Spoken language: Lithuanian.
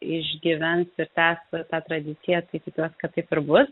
išgyvens ir tęs tą tradiciją tai tikiuos kad taip ir bus